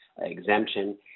exemption